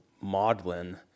maudlin